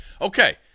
okay